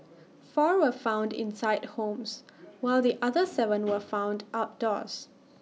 four were found inside homes while the other Seven were found outdoors